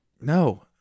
No